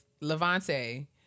Levante